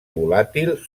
volàtil